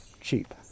cheap